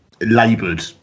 laboured